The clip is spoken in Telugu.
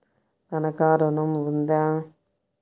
తనఖా ఋణం ఉందా?